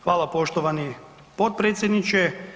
Hvala, poštovani potpredsjedniče.